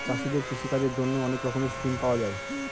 চাষীদের কৃষিকাজের জন্যে অনেক রকমের স্কিম পাওয়া যায়